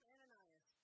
Ananias